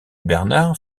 bernard